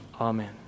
Amen